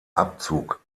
abzug